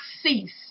cease